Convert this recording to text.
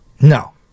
No